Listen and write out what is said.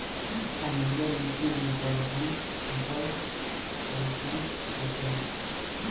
अम्लीय मिट्टी मे दलहन फसल कइसन होखेला?